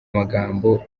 majambo